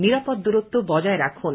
নিরাপদ দূরত্ব বজায় রাখুন